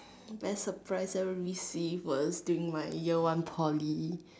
best surprise ever received was during my year one Poly